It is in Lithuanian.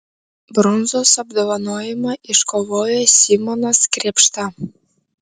bronzos apdovanojimą iškovojo simonas krėpšta